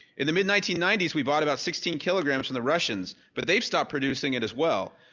in the mid nineteen ninety s, we've bought about sixteen kilograms from the russians but they've stopped producing it as well.